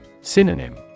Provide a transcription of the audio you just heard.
Synonym